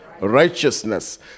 righteousness